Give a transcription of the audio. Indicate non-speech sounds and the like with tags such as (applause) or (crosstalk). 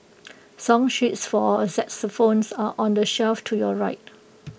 (noise) song sheets for xylophones are on the shelf to your right